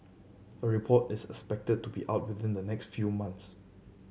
a report is expected to be out within the next few months